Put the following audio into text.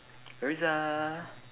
erza